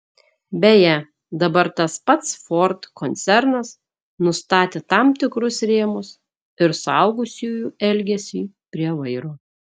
beje dabar tas pats ford koncernas nustatė tam tikrus rėmus ir suaugusiųjų elgesiui prie vairo